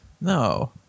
No